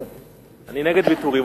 אני נגד ויתורים,